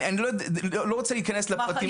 אני לא רוצה להיכנס לפרטים.